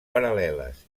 paral·leles